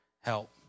help